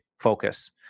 focus